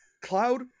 Cloud